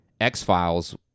X-Files